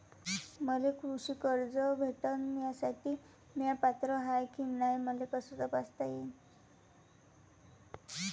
मले कृषी कर्ज भेटन यासाठी म्या पात्र हाय की नाय मले कस तपासता येईन?